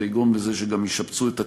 זה יגרום שגם ישפצו את הקיימים.